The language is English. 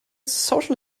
social